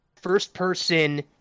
first-person